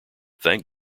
thank